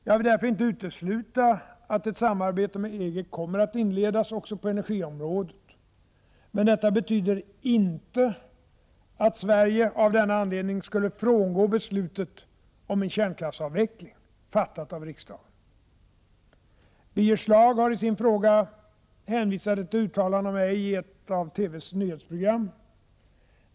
Jag vill därför inte utesluta att ett samarbete med EG kommer att inledas också på energiområdet. Men detta betyder inte att Sverige av denna anledning skulle frångå beslutet om en kärnkraftsavveckling, fattat av riksdagen. Birger Schlaug har i sin fråga hänvisat till ett uttalande av mig i ett av TV:s nyhetsprogram.